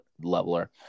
leveler